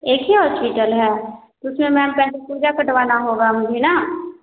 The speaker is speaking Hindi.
एक ही हॉस्पिटल है तो उसमें मैंम जा कर पर्चा कटवाना होगा मुझे ना